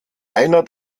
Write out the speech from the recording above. einer